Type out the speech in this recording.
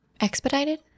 Expedited